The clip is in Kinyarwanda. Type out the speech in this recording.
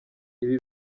ibi